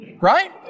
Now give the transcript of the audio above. right